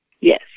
Yes